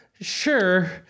sure